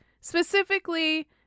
specifically